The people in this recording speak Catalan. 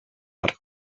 arc